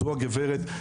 זאת הגברת,